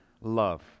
love